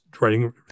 writing